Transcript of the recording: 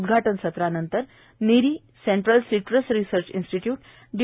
उदघाटन सत्रानंतर निरी central citrus research institute D